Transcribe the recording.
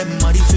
money